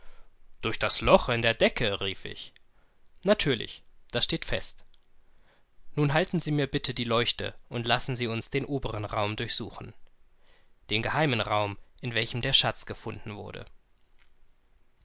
durch das loch in der decke rief ich natürlich muß er es so gemacht haben wenn sie bitte die lampe für mich halten würden wir werden jetzt unsere untersuchungen im oberen zimmer fortsetzen im geheimen zimmer in dem der schatz gefunden wurde